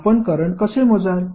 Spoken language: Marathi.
आपण करंट कसे मोजाल